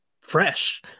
fresh